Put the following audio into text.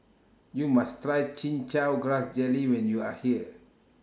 YOU must Try Chin Chow Grass Jelly when YOU Are here